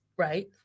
Right